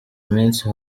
iminsi